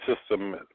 system